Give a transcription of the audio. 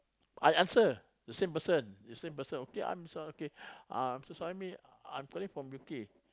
I answer the same person the same person okay I'm hi sir Mister Syahmi I'm calling from U_K